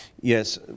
yes